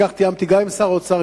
כך תיאמתי גם עם שר האוצר,